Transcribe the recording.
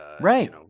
right